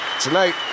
Tonight